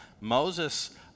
Moses